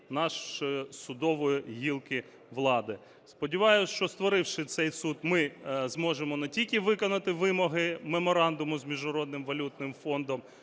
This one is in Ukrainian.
нашої судової гілки влади. Сподіваюсь, що створивши цей суд, ми зможемо не тільки виконати вимоги меморандуму з Міжнародним валютним фондом,